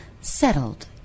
settled